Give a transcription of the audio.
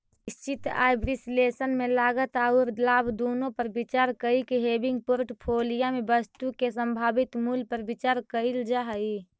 निश्चित आय विश्लेषण में लागत औउर लाभ दुनो पर विचार कईके हेविंग पोर्टफोलिया में वस्तु के संभावित मूल्य पर विचार कईल जा हई